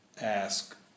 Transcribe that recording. ask